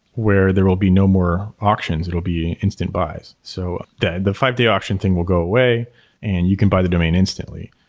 where there will be no more auctions. it'll be instant buys. so the the five-day auction thing will go away and you can buy the domain instantly.